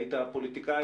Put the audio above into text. היית אז פוליטיקאי,